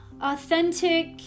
authentic